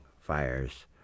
fires